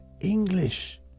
English